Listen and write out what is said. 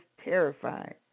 terrified